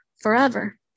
forever